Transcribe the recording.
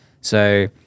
So-